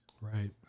right